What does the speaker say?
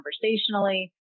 conversationally